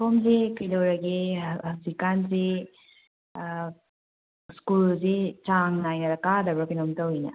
ꯁꯣꯝꯁꯦ ꯀꯩꯗꯧꯔꯒꯦ ꯍꯧꯖꯤꯛꯀꯥꯟꯁꯦ ꯁ꯭ꯀꯨꯜꯁꯤ ꯆꯥꯡ ꯅꯥꯏꯅ ꯀꯥꯗꯕꯔ ꯀꯩꯅꯣꯝ ꯇꯧꯏꯅ